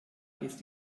ist